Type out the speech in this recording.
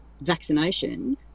vaccination